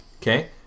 Okay